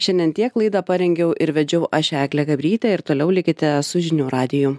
šiandien tiek laid parengiau ir vedžiau aš eglė gabrytė ir toliau likite su žinių radiju